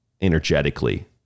energetically